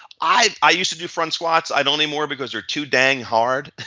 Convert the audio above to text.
i i used to do front squats. i don't anymore because they're too dang hard. and